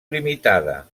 limitada